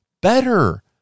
better